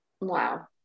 Wow